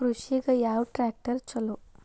ಕೃಷಿಗ ಯಾವ ಟ್ರ್ಯಾಕ್ಟರ್ ಛಲೋ?